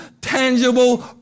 tangible